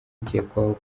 ukekwaho